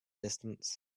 distance